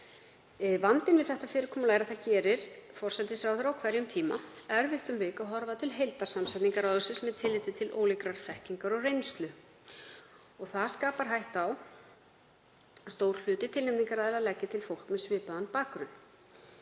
Vandinn við þetta fyrirkomulag er að það gerir forsætisráðherra á hverjum tíma erfitt um vik að horfa til heildarsamsetningar ráðsins með tilliti til ólíkrar þekkingar og reynslu og það skapar hættu á að stór hluti tilnefningaraðila leggi til fólk með svipaðan bakgrunn.